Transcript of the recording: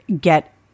get